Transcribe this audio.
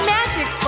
Magic